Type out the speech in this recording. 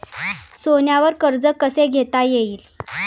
सोन्यावर कर्ज कसे घेता येईल?